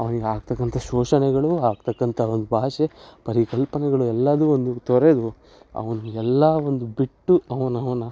ಅವ್ನಿಗೆ ಆಗತಕ್ಕಂಥ ಶೋಷಣೆಗಳು ಆಗತಕ್ಕಂಥ ಒಂದು ಭಾಷೆ ಪರಿಕಲ್ಪನೆಗಳು ಎಲ್ಲವೂ ಒಂದು ತೊರೆದು ಅವನು ಎಲ್ಲ ಒಂದು ಬಿಟ್ಟು ಅವ್ನ ಅವನ